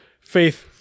faith